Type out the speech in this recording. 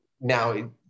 Now